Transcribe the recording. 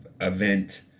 event